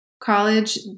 college